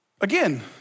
Again